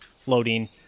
floating